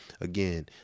again